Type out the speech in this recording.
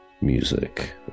music